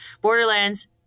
Borderlands